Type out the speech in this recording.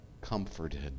Comforted